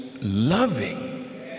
loving